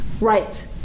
Right